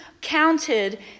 counted